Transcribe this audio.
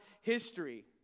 history